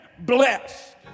blessed